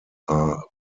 are